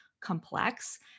complex